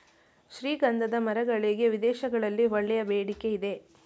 ಶ್ರೀಗಂಧದ ಮರಗಳಿಗೆ ವಿದೇಶಗಳಲ್ಲಿ ಒಳ್ಳೆಯ ಬೇಡಿಕೆ ಇದೆ